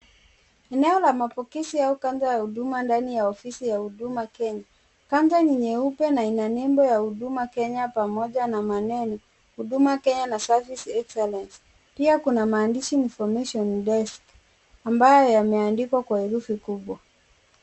Eneo la mapokezi au kando la huduma ndani katika ofisi ya Huduma Kenya, kaunta ni nyeupe na lina nembo ya Huduma Kenya pamoja na maneno Huduma Kenya na service excellence pia kuna maandishi information desk ambayo yameandikwa kwa herufi kubwa.